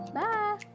bye